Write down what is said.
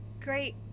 Great